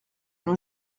nos